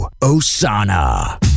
Osana